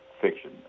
fiction